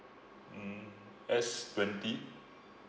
mm S twenty